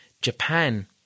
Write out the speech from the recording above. Japan